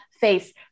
face